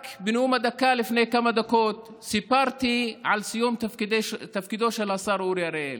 רק בנאום הדקה לפני כמה דקות סיפרתי על סיום תפקידו של השר אורי אריאל